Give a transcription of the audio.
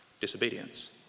Disobedience